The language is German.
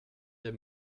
der